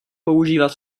používat